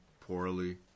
poorly